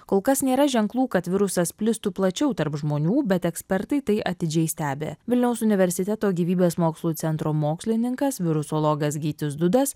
kol kas nėra ženklų kad virusas plistų plačiau tarp žmonių bet ekspertai tai atidžiai stebi vilniaus universiteto gyvybės mokslų centro mokslininkas virusologas gytis dudas